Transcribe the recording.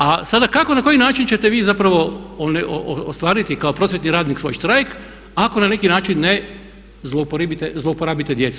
A sada kako i na koji način ćete vi zapravo ostvariti kao prosvjetni radnik svoj štrajk ako na neki način ne „zlouporabite“ djecu.